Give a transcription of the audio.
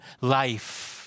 life